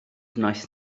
wnaeth